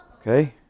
Okay